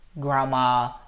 grandma